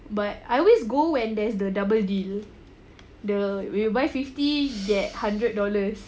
but I always go when there's the double deal the we buy fifty get hundred dollars